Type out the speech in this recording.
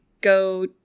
go